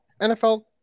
NFL